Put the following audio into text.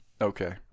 okay